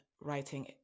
writing